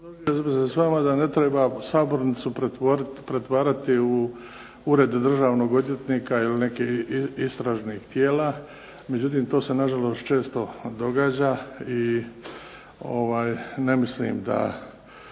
bih se s vama da ne treba sabornicu pretvarati u Ured državnog odvjetnika ili nekih istražnih tijela, međutim to se na žalost često događa i ne mislim da,